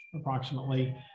approximately